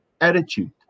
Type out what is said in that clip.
attitude